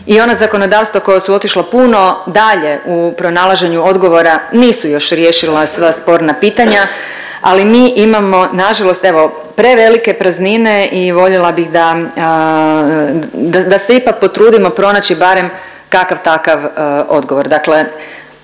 i ona zakonodavstva koja su otišla puno dalje u pronalaženju odgovora nisu još riješila sva sporna pitanja, ali mi imamo nažalost evo prevelike praznine i voljela bih da, da, da se ipak potrudimo pronaći barem kakav takav odgovor,